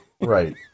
Right